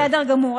בסדר גמור.